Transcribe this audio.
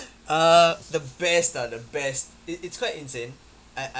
uh the best ah the best it's it's quite insane I I